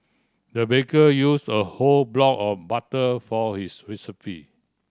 the baker used a whole block of butter for his recipe